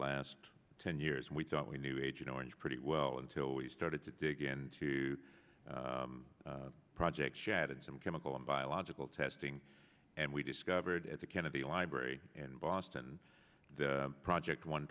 last ten years we thought we knew agent orange pretty well until we started to dig into the project she added some chemical and biological testing and we discovered at the kennedy library in boston the project one